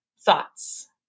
thoughts